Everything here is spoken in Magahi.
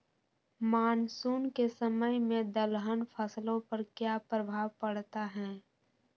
मानसून के समय में दलहन फसलो पर क्या प्रभाव पड़ता हैँ?